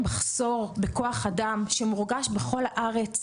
המחסור בכוח אדם שמורגש בכל הארץ,